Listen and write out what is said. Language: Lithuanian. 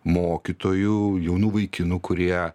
mokytojų jaunų vaikinų kurie